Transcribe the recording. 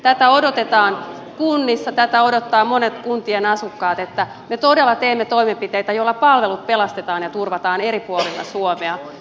tätä odotetaan kunnissa tätä odottavat monet kuntien asukkaat että me todella teemme toimenpiteitä joilla palvelut pelastetaan ja turvataan eri puolilla suomea